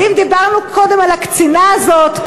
ואם דיברנו קודם על הקצינה הזאת,